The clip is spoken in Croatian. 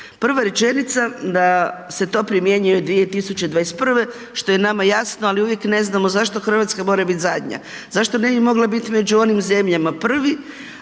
prva rečenica da se to primjenjuje od 2021. što je nama jasno, ali uvijek ne znamo zašto RH mora bit zadnja? Zašto ne bi mogla bit među onim zemljama prvi,